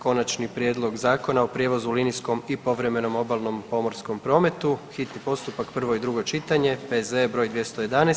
Konačni prijedlog Zakona o prijevozu u linijskom i povremenom obalnom pomorskom prometu, hitni postupak, prvo i drugo čitanje, P.Z.E. br. 211.